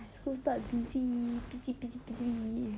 school start busy busy busy busy